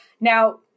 Now